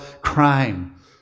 crime